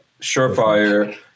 Surefire